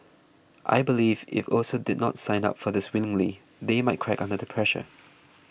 I believe if also did not sign up for this willingly they might crack under the pressure